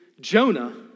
Jonah